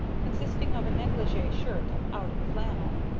consisting of a negligee shirt of outing flannel,